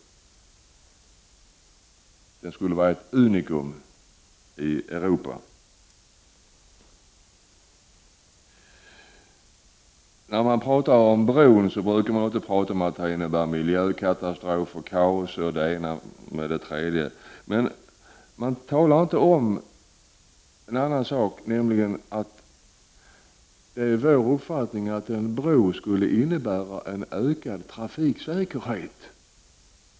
Den skulle vara ett unikum i Europa. När man talar om bron brukar man alltid säga att den skulle innebära miljökatastrof och kaos m.m. Men man talar inte om att det är vår uppfattning att en bro skulle innebära ökad trafiksäkerhet.